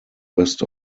west